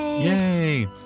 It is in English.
Yay